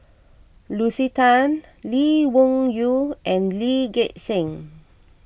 Lucy Tan Lee Wung Yew and Lee Gek Seng